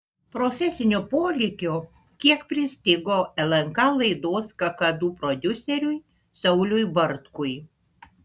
profesinio polėkio kiek pristigo lnk laidos kakadu prodiuseriui sauliui bartkui